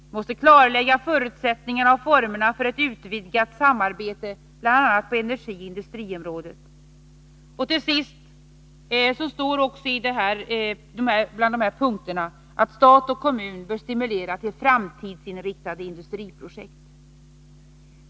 Man bör också klarlägga förutsättningar och former för ett utvidgat samarbete på bl.a. energioch industriområdet. Till sist ingår bland dessa punkter att stat och kommuner bör stimulera till framtidsinriktade industriprojekt.